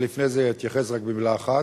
אבל לפני זה אתייחס רק במלה אחת.